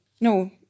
No